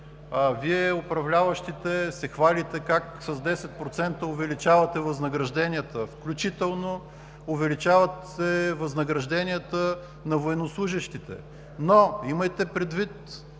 Вие управляващите се хвалите как с 10% увеличавате възнагражденията, включително увеличавате възнагражденията на военнослужещите, но имайте предвид,